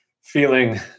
feeling